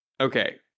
Okay